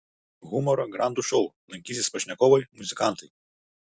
humoro grandų šou lankysis pašnekovai muzikantai